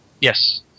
yes